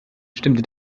stimmte